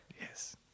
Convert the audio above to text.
Yes